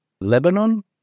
Lebanon